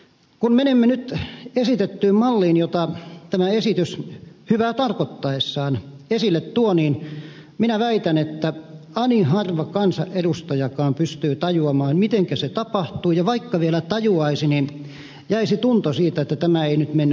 kun menemme nyt esitettyyn malliin jonka tämä esitys hyvää tarkoittaessaan esille tuo niin minä väitän että ani harva kansanedustajakaan pystyy tajuamaan mitenkä se tapahtuu ja vaikka vielä tajuaisi niin jäisi tunto siitä että tämä ei nyt mennyt oikein